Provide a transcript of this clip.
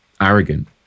arrogant